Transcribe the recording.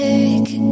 Take